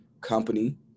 company